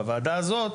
והוועדה הזאת